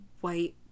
white